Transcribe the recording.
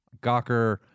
Gawker